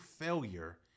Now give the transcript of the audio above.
failure